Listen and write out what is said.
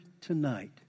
tonight